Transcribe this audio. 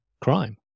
crime